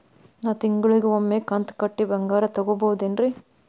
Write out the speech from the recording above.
ನಾ ತಿಂಗಳಿಗ ಒಮ್ಮೆ ಕಂತ ಕಟ್ಟಿ ಬಂಗಾರ ತಗೋಬಹುದೇನ್ರಿ?